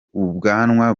ubwanwa